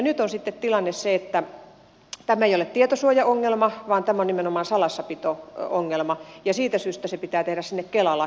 nyt on sitten tilanne se että tämä ei ole tietosuojaongelma vaan tämä on nimenomaan salassapito ongelma ja siitä syystä pitää tehdä kela lakiin se muutos